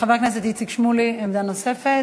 חבר הכנסת איציק שמולי, עמדה נוספת.